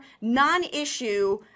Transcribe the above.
non-issue